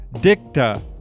Dicta